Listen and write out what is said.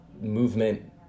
movement